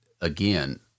again